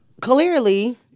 Clearly